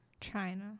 China